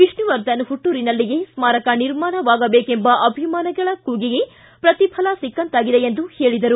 ವಿಷ್ಣವರ್ಧನ್ ಹುಟ್ಟೂರಿನಲ್ಲಿಯೇ ಸ್ಮಾರಕ ನಿರ್ಮಾಣವಾಗಬೇಕೆಂಬ ಅಭಿಮಾನಗಳ ಕೂಗಿಗೆ ಪ್ರತಿಫಲ ಸಿಕ್ಕಂತಾಗಿದೆ ಎಂದು ಹೇಳಿದರು